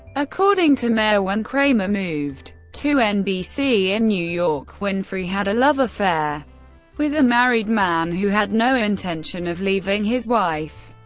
according to mair, when kramer moved to nbc in new york, winfrey had a love affair with a married man who had no intention of leaving his wife.